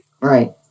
Right